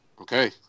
okay